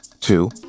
Two